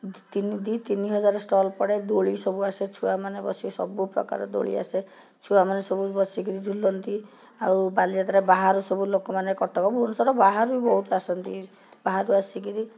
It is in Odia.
ଦୁଇତିନି ଦୁଇ ତିନି ହଜାରେ ଷ୍ଟଲ ପଡ଼େ ଦୋଳି ସବୁ ଆସେ ଛୁଆମାନେ ବସି ସବୁପ୍ରକାର ଦୋଳି ଆସେ ଛୁଆମାନେ ସବୁ ବସିକିରି ଝୁଲନ୍ତି ଆଉ ବାଲିଯାତ୍ରା ବାହାରୁ ସବୁ ଲୋକମାନେ କଟକ ଭୁବନେଶ୍ୱର ବାହାରୁ ବହୁତ ଆସନ୍ତି ବାହାରୁ ଆସିକିରି